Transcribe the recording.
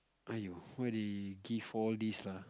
!aiyo! why they give all this lah